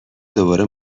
دوباره